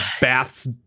baths